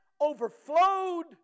overflowed